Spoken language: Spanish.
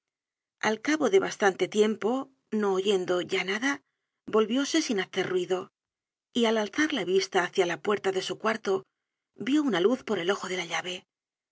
al cabo de bastante tiempo no oyendo ya nada volvióse sin hacer ruido y al alzar la vista hácia la puerta de su cuarto vió una luz por el ojo de la llave